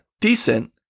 decent